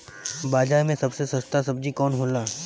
बाजार मे सबसे सस्ता सबजी कौन होला?